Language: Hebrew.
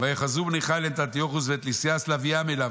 ויאחזו בני החיל את אנטיוכוס ואת לוסיאס להביאם אליו".